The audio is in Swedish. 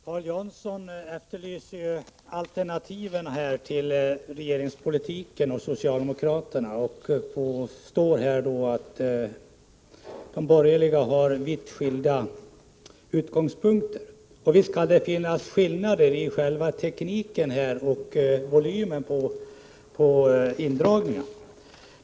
Herr talman! Paul Jansson efterlyser alternativ till regeringspolitiken och påstår att de borgerliga har vitt skilda utgångspunkter, och visst kan det finnas skillnader i tekniken och i volymen på indragningarna.